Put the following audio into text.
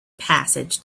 passage